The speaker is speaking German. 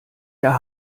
der